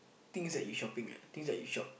things that you shopping ah things that you shop